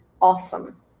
Awesome